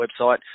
website